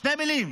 שתי מילים,